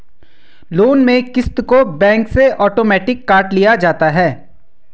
loan में क़िस्त को बैंक से आटोमेटिक काट लिया जाता है